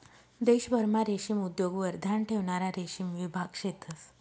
देशभरमा रेशीम उद्योगवर ध्यान ठेवणारा रेशीम विभाग शेतंस